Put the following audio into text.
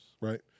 right